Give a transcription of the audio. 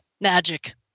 Magic